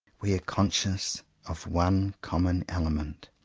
we are conscious of one common element,